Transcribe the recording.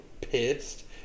pissed